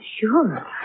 sure